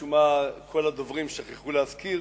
משום מה כל הדוברים שכחו להזכיר